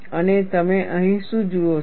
અને તમે અહીં શું જુઓ છો